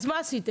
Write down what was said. אז מה עשיתם?